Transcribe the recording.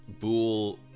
Bool